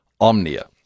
Omnia